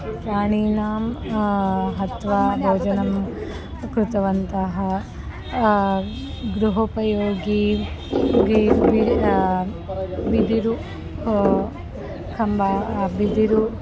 प्राणीनां हत्वा भोजनं कृतवन्तः गृहोपयोगी योगी बिद् बिदुरु कम्बा विदिरु